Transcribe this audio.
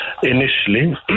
Initially